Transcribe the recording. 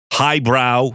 highbrow